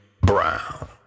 Brown